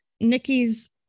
Nikki's